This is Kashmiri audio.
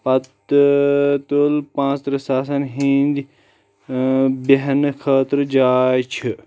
پتہٕ تُل پانٛژ تٕرٛہ ساسَن ہِنٛدۍ ٲں بیٚہنہٕ خٲطرٕ جاے چھِ